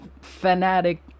fanatic